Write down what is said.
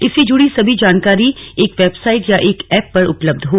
इससे जुड़ी सभी जानकारी एक वेबसाइट या एक एप पर उपलब्ध हो